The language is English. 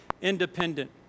independent